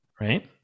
Right